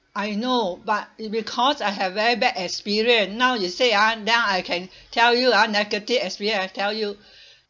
I know but it because I have very bad experience now you say ah then I can tell you ah negative experience I've tell you